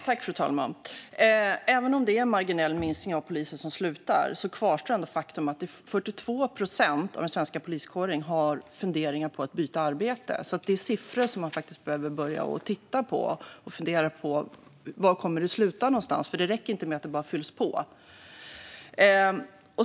Fru talman! Även om det är en marginell minskning av antalet poliser som slutar kvarstår ändå det faktum att 42 procent av den svenska poliskåren har funderingar på att byta arbete. Det är siffror man faktiskt behöver börja titta på och fundera över var det kommer att sluta någonstans, för det räcker inte att det bara fylls på.